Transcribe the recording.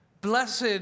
Blessed